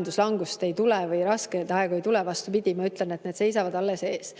või raskeid aegu ei tule. Vastupidi, ma ütlen, et need seisavad alles ees.